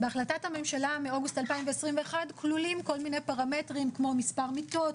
בהחלטת הממשלה מאוגוסט 2021 כלולים כל מיני פרמטרים כמו מספר מיטות,